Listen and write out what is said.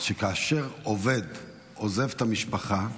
כאשר עובד עוזב את המשפחה,